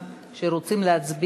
בעד סתיו